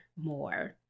more